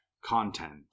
content